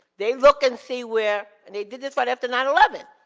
they look and see where, and they did this right after nine eleven.